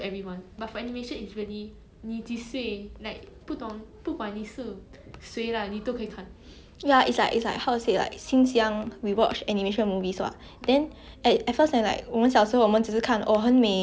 ya it's like it's like how to say like since young we watch animation movies [what] then at first like 我们小时候我们只是看很美那个 animation 很 colourful you know 我喜欢这个 character 因为他